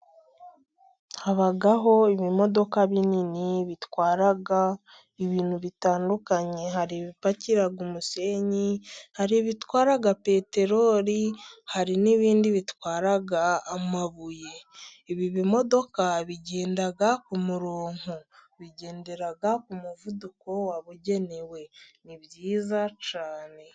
Habaho ibimodoka binini bitwara ibintu bitandukanye. Hari ibipakira umusenyi, hari ibitwara peteroli, hari n'ibindi bitwara amabuye. Ibi bimodoka bigenda ku murongo, bigendera ku muvuduko wabugenewe. Ni byiza cyane.